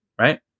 Right